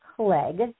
Clegg